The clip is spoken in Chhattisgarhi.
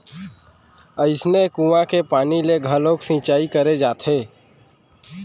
अइसने कुँआ के पानी ले घलोक सिंचई करे जाथे